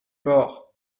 pores